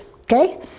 okay